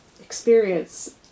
experience